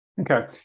Okay